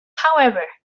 however